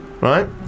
Right